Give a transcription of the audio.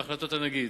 בהחלטות הנגיד.